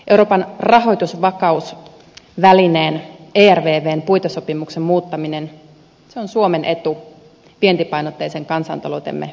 euroopan rahoitusvakausvälineen ervvn puitesopimuksen muuttaminen on suomen etu vientipainotteisen kansantaloutemme vuoksi